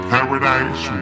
Paradise